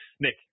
Nick